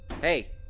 Hey